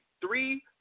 three